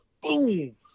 Boom